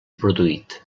produït